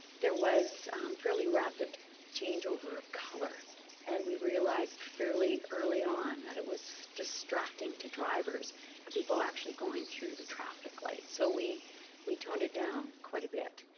there was fairly rapid changeover of colour and we realized fairly early on that it was distracting to drivers and people were actually going through the traffic lights so we we toned it down quite a bit.